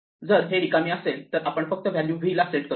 जर हे रिकामी असेल तर आपण फक्त व्हॅल्यू v ला सेट करू